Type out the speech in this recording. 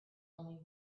only